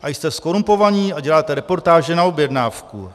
A jste zkorumpovaní a děláte reportáže na objednávku.